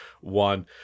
one